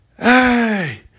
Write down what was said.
hey